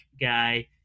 guy